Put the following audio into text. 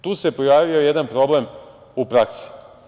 Tu se pojavio jedan problem u praksi.